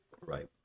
Right